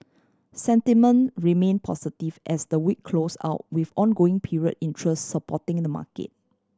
sentiment remain positive as the week close out with ongoing period interest supporting the market